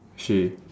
she